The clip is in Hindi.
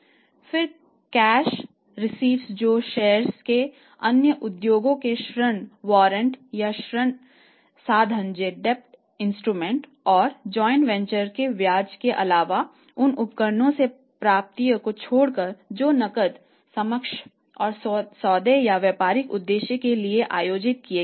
फिर कैश रिसीट्स जो शेयरों में ब्याज के अलावा उन उपकरणों से प्राप्तियों को छोड़कर जो नकद समकक्ष और सौदे या व्यापारिक उद्देश्यों के लिए आयोजित किए गए थे